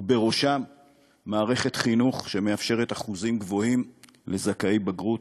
ובראשם מערכת חינוך שמאפשרת אחוזים גבוהים של זכאי בגרות.